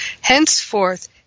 Henceforth